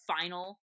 final